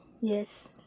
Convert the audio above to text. Yes